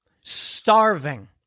starving